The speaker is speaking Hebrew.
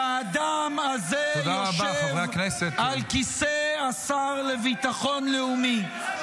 ----- שהאדם הזה יושב על כיסא השר לביטחון לאומי.